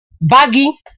baggy